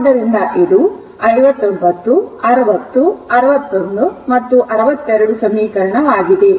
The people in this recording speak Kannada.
ಆದ್ದರಿಂದ ಇದು 59 60 61 ಮತ್ತು 62 ಸಮೀಕರಣವಾಗಿದೆ